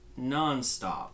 nonstop